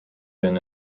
been